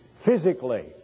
Physically